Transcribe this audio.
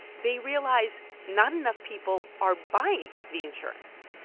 they realize not enough people are buying the insurance.